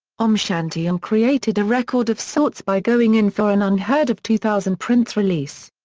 om shanti om created a record of sorts by going in for an unheard of two thousand prints release.